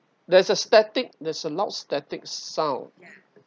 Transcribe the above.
there is a static there's a lot of static sound